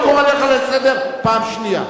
אני קורא אותך לסדר פעם ראשונה.